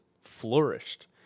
flourished